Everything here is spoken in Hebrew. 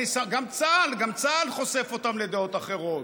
גם צה"ל חושף אותם לדעות אחרות.